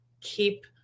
keep